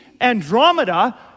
Andromeda